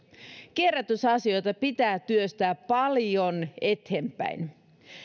kierrätysasioita pitää työstää paljon eteenpäin